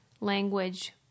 language